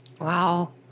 wow